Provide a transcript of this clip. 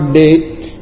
date